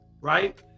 right